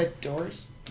doors